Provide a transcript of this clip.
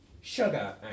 Sugar